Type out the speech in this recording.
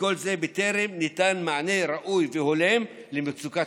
וכל זה בטרם ניתן מענה ראוי והולם למצוקת